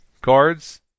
cards